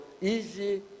easy